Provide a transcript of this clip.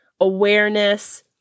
awareness